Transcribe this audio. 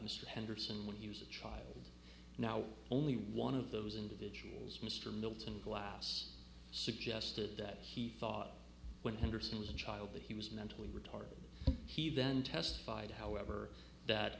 mr henderson when he was a child now only one of those individuals mr milton glass suggested that he thought when henderson was a child that he was mentally retarded he then testified however that